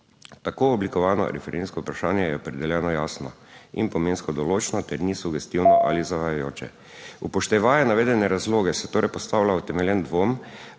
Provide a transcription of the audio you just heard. Tako oblikovano referendumsko vprašanje je opredeljeno jasno in pomensko določno ter ni sugestivno ali zavajajoče. Upoštevaje navedene razloge se torej postavlja utemeljen dvom,